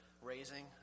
Raising